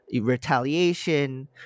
retaliation